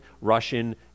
Russian